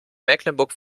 mecklenburg